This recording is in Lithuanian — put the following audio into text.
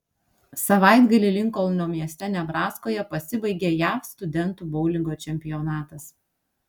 savaitgalį linkolno mieste nebraskoje pasibaigė jav studentų boulingo čempionatas